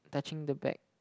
touching the back